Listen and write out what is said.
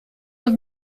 have